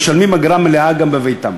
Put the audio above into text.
המשלמים אגרה מלאה גם בביתם.